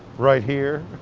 right here?